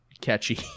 catchy